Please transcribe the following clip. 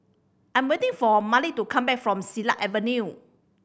I'm waiting for Malik to come back from Silat Avenue